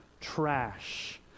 trash